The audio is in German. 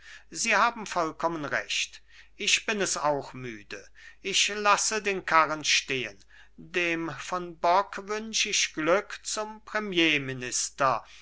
sie haben vollkommen recht ich bin es auch müde ich lasse den karren stehen dem von bock wünsch ich glück zum premierminister